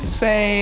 say